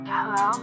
Hello